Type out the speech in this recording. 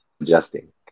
adjusting